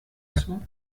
dazu